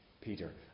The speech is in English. Peter